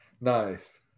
Nice